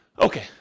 Okay